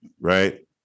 right